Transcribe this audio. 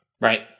right